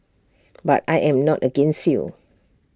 but I am not against you